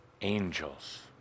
angels